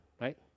right